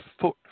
foot